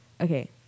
okay